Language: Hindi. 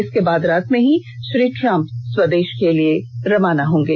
इसके बाद रात में ही श्री ट्रम्प स्वदेश के लिए रवाना हो जायेंगे